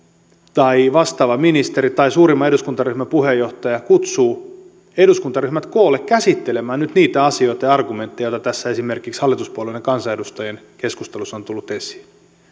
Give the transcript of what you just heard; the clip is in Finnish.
tai vastaava ministeri tai suurimman eduskuntaryhmän puheenjohtaja kutsuu eduskuntaryhmät koolle käsittelemään nyt niitä asioita ja argumentteja joita tässä esimerkiksi hallituspuolueiden kansanedustajien keskustelussa on tullut esiin